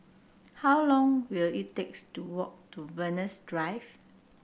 how long will it takes to walk to Venus Drive